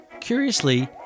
Curiously